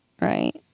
Right